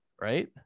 right